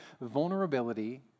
vulnerability